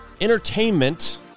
entertainment